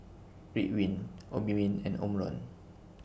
Ridwind Obimin and Omron